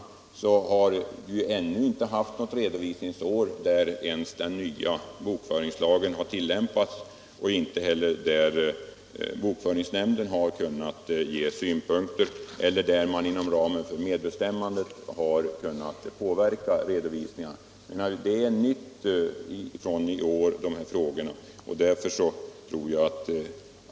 Men vi får komma ihåg att vi ännu inte har haft något redovisningsår där den nya bokföringslagen har tillämpats och bokföringsnämnden kunnat ge synpunkter eller där man inom ramen för medbestämmandet kunnat påverka redovisningarna. Dessa frågor är nya från i år.